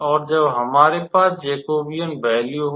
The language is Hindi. और जब हमारे पास जेकोबियन वैल्यू हो